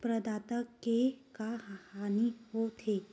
प्रदाता के का हानि हो थे?